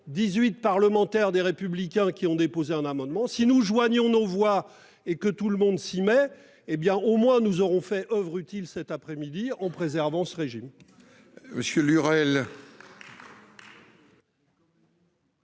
parlementaires du groupe Les Républicains qui ont déposé un amendement identique. Si nous joignons nos voix et si tout le monde s'y met, nous aurons fait oeuvre utile cet après-midi en préservant ce régime.